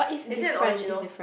is it an original